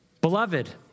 Beloved